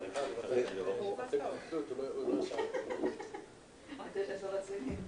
אנחנו נעשה חמש דקות של התייעצות סיעתית.